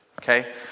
okay